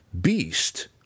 beast